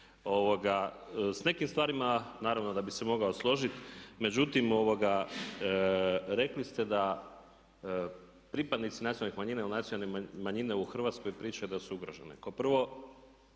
Sa nekim stvarima naravno da bi se mogao složiti, međutim rekli ste da pripadnici nacionalnih manjina ili nacionalne manjine u Hrvatskoj pričaju da su ugrožene.